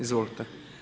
Izvolite.